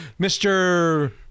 Mr